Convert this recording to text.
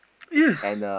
yes